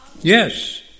yes